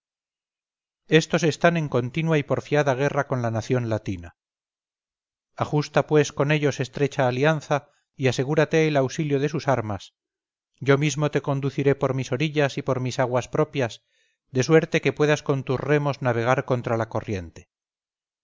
estos están en continua y porfiada guerra con la nación latina ajusta pues con ellos estrecha alianza y asegúrate el auxilio de sus armas yo mismo te conduciré por mis orillas y por mis aguas propias de suerte que puedas con tus remos navegar contra la corriente